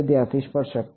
વિદ્યાર્થી સ્પર્શક